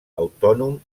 autònom